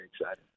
excited